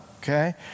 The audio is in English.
okay